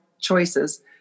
choices